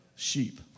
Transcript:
sheep